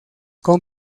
con